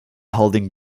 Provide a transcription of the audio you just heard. holding